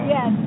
Yes